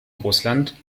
russland